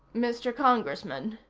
mr. congressman,